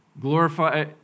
glorify